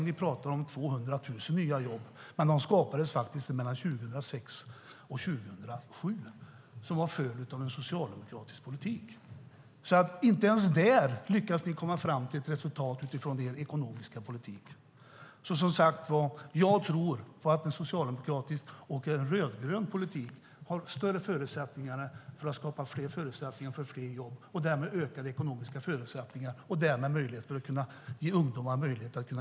Ni pratar om 200 000 nya jobb, men de skapades faktiskt mellan 2006 och 2007 och var följden av en socialdemokratisk politik. Inte ens där lyckas ni alltså komma fram till ett resultat utifrån er ekonomiska politik. Som sagt, jag tror att en socialdemokratisk och en rödgrön politik har större förutsättningar att skapa fler jobb och därmed ökade ekonomiska förutsättningar och möjlighet för fler ungdomar att idrotta.